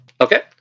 Okay